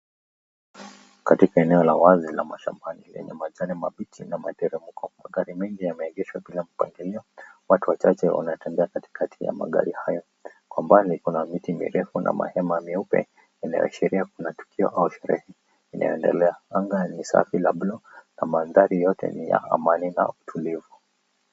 Katika eneo la wazi la mashambani lenye majani mabichi na materemko, magari mingi yameegeshwa bila mpangilio, watu wachache wanatembea katikati ya magari hayo. Kwa mbali kuna miti mirefu, na mahema meupe, yanayoashiria kuna tukio au sherehe inayoendelea. Anga ni safi la buluu, na mandhari yote ni ya amani na utulivu.